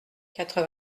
quatre